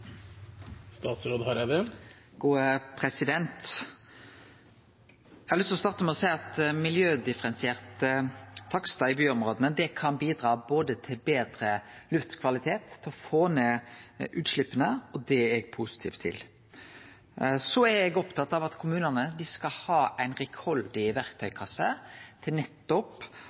Eg har lyst til å starte med å seie at miljødifferensierte takstar i byområda kan bidra både til betre luftkvalitet og til å få ned utsleppa, og det er eg positiv til. Eg er opptatt av at kommunane skal ha ein rikhaldig verktøykasse til nettopp